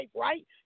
right